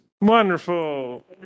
Wonderful